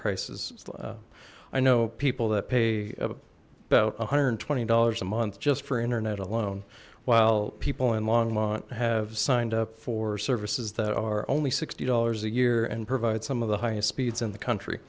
prices i know people that pay about one hundred and twenty dollars a month just for internet alone while people in longmont have signed up for services that are only sixty dollars a year and some of the highest speeds in the country